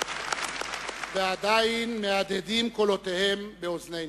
על אדמותינו כולנו.